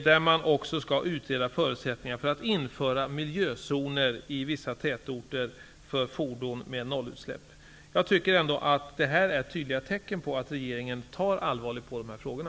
Den skall också utreda förutsättningar för att införa miljözoner i vissa tätorter för fordon med nollutsläpp. Detta är tydliga tecken på att regeringen tar allvarligt på de här frågorna.